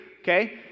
okay